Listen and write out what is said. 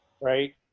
Right